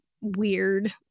weird